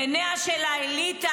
בעיניה של האליטה,